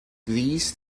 these